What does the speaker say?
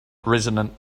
resonant